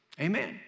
Amen